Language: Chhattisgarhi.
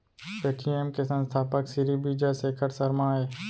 पेटीएम के संस्थापक सिरी विजय शेखर शर्मा अय